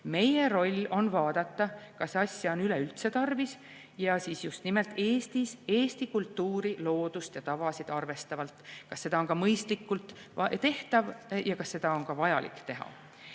Meie roll on vaadata, kas asja on üleüldse tarvis ja siis just nimelt Eestis, Eesti kultuuri, loodust ja tavasid arvestavalt, kas see on ka mõistlikult tehtav ja kas seda on vajalik teha.